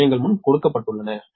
விஷயங்கள் முன் கொடுக்கப்பட்டுள்ளன